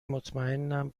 مطمئنم